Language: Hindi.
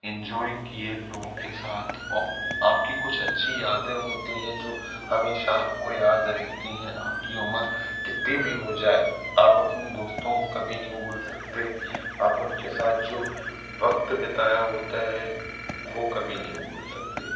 इन्जॉय किया लोगों के साथ र आपकी कुछ अच्छी यादें होती हैं जो हमेशा आपको याद रहती हैं आपकी उमर कितनी भी हो जाए आप अपने दोस्तों को कभी नहीं भूल सकते आप उन के साथ जो वक़्त बिताया होता है वो कभी नहीं भूल सकते